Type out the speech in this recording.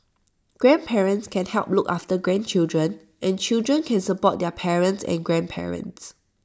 grandparents can help look after grandchildren and children can support their parents and grandparents